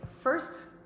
first